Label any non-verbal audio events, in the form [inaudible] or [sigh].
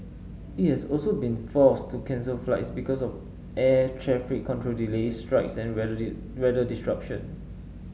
it has also been forced to cancel flights because of air traffic control delays strikes and [unintelligible] weather disruption